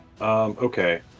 Okay